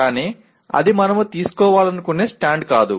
కానీ అది మనము తీసుకోవాలనుకునే స్టాండ్ కాదు